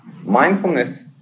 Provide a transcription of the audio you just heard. Mindfulness